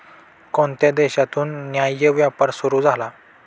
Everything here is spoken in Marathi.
कोणत्या देशातून न्याय्य व्यापार सुरू झाला?